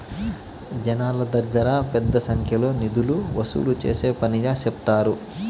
జనాల దగ్గర పెద్ద సంఖ్యలో నిధులు వసూలు చేసే పనిగా సెప్తారు